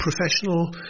professional